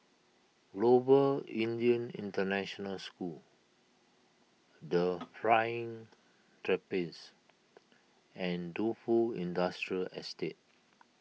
Global Indian International School the Flying Trapeze and Defu Industrial Estate